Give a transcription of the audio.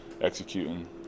executing